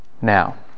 Now